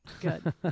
good